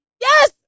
Yes